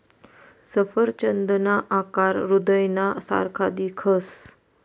सफरचंदना आकार हृदयना सारखा दिखस